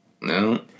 No